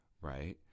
right